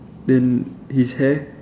then his hair